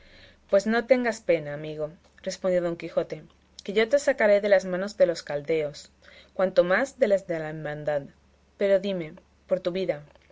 pues no tengas pena amigo respondió don quijote que yo te sacaré de las manos de los caldeos cuanto más de las de la hermandad pero dime por tu vida